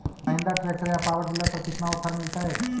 Mahindra tractor या power dealer पर कितना ओफर मीलेतय?